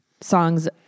songs